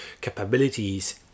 capabilities